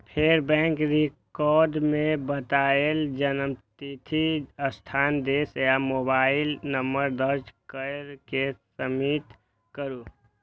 फेर bank record मे बतायल जन्मतिथि, स्थान, देश आ मोबाइल नंबर दर्ज कैर के सबमिट करू